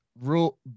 rule